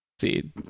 See